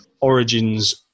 origins